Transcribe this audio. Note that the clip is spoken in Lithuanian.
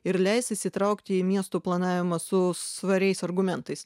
ir leis įsitraukti į miesto planavimą su svariais argumentais